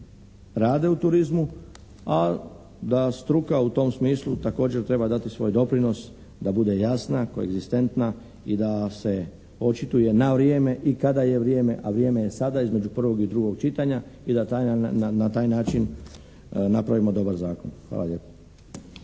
rade u turizmu, a da struka u tom smislu također treba dati svoj doprinos da bude jasna, koegzistentna i da se očituje na vrijeme i kada je vrijeme, a vrijeme je sada između prvog i drugog čitanja i da na taj način napravimo dobar zakon. Hvala lijepo.